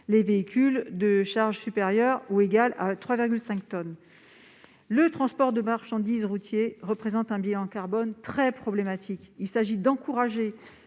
les véhicules de charge supérieure ou égale à 3,5 tonnes. Dans un contexte où le transport de marchandises routier présente un bilan carbone très problématique, il s'agit d'encourager